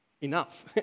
enough